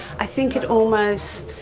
i think it almost